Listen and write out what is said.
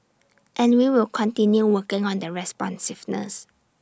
and we will continue working on the responsiveness